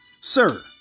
sir